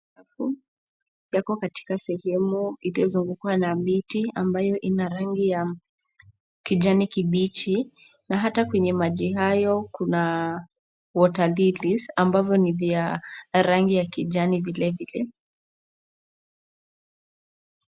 Yako katika sehemu iliyozungukwa na miti ambayo ina rangi ya kijani kibichi na hata kwenye maji hayo kuna water lilies ambazo ni vya rangi ya kijani vile vile.